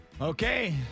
okay